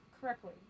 correctly